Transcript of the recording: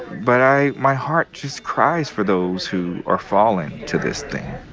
but i my heart just cries for those who are falling to this thing.